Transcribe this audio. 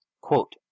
quote